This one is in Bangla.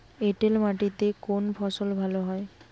এঁটেল মাটিতে কোন ফসল ভালো হয়?